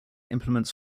implements